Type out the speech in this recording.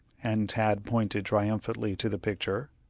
and tad pointed triumphantly to the picture.